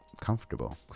comfortable